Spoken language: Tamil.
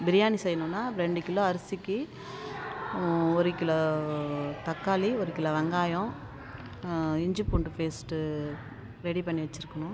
பிரியாணி செய்யணும்னா ரெண்டு கிலோ அரிசிக்கு ஒரு கிலோ தக்காளி ஒரு கிலோ வெங்காயம் இஞ்சி பூண்டு பேஸ்ட்டு ரெடி பண்ணி வச்சுருக்கணும்